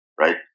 right